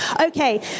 okay